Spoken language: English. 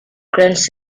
grants